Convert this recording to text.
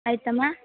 ಆಯಿತಮ್ಮ